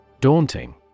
Daunting